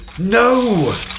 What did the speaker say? No